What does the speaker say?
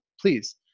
please